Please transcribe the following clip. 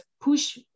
push